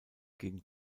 gegen